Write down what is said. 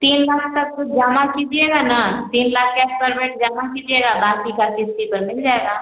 तीन लाख तक जमा कीजिएगा ना तीन लाख कैस पर्मेंट जमा कीजिएगा बाकी का किस्ती पर मिल जाएगा